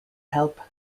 help